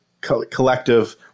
collective